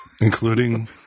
Including